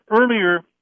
earlier